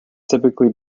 typically